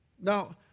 Now